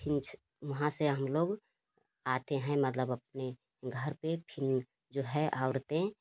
फिर वहाँ से हम लोग आते हैं मतलब अपने घर पर फिनरजो है औरतें